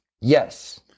Yes